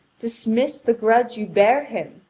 dismiss the grudge you bear him!